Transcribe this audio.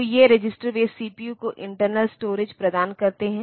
तो ये रजिस्टर वे सीपीयू को इंटरनल स्टोरेज प्रदान करते हैं